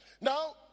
Now